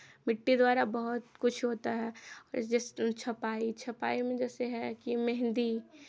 मिट्टी द्वारा बहुत कुछ होता है और जैसे छपाई छपाई में जैसे है कि मेहंदी